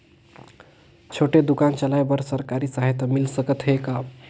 छोटे दुकान चलाय बर सरकारी सहायता मिल सकत हे का?